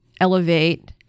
elevate